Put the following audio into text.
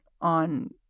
on